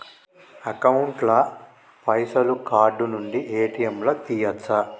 Account ల పైసల్ card నుండి ఏ.టి.ఎమ్ లా తియ్యచ్చా?